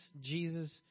Jesus